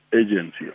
agency